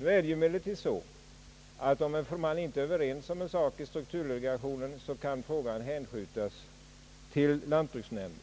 Om man inte kommer överens om en sak i strukturdelegationen, kan frågan hänskjutas till lantbruksnämnden.